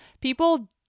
People